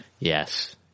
Yes